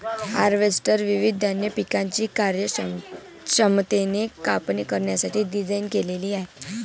harvester विविध धान्य पिकांची कार्यक्षमतेने कापणी करण्यासाठी डिझाइन केलेले आहे